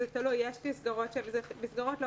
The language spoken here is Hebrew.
אנחנו גם קיבלנו פניות מהמון המון גופים ויש לזה משמעות רוחבית.